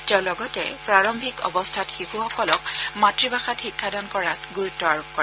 তেওঁ লগতে প্ৰাৰম্ভিক অৱস্থাত শিশুসকলক মাতৃভাষাত শিক্ষা দান কৰাত গুৰুত্ব আৰোপ কৰে